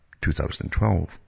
2012